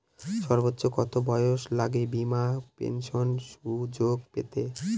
সর্বোচ্চ কত বয়স লাগে বীমার পেনশন সুযোগ পেতে?